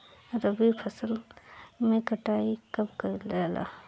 रबी फसल मे कटाई कब कइल जाला?